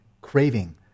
craving